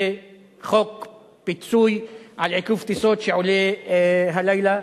זה חוק פיצוי על עיכוב טיסות שעולה הלילה.